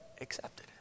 accepted